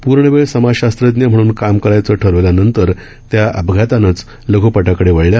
पूर्ण वेळ समाजशास्त्रज्ञ म्हणून काम करायचं ठरवल्यानंतर त्या अपघातानंच लघ्पटाकडे वळल्या